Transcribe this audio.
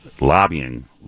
lobbying